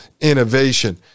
innovation